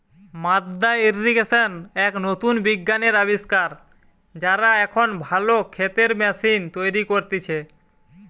মাদ্দা ইর্রিগেশন এক নতুন বিজ্ঞানের আবিষ্কার, যারা এখন ভালো ক্ষেতের ম্যাশিন তৈরী করতিছে